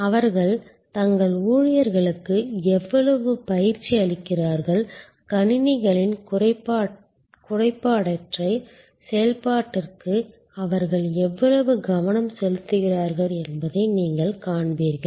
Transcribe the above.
அவர்கள் தங்கள் ஊழியர்களுக்கு எவ்வளவு பயிற்சி அளிக்கிறார்கள் கணினிகளின் குறைபாடற்ற செயல்பாட்டிற்கு அவர்கள் எவ்வளவு கவனம் செலுத்துகிறார்கள் என்பதை நீங்கள் காண்பீர்கள்